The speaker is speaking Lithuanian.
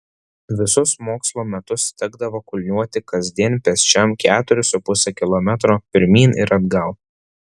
visus mokslo metus tekdavo kulniuoti kasdien pėsčiam keturis su puse kilometro pirmyn ir atgal